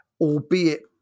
albeit